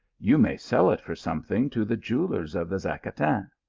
you may sell it for something to the jewellers of the zacatin.